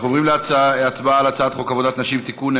אנחנו עוברים להצבעה על הצעת חוק עבודת נשים (תיקון,